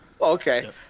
Okay